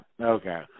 Okay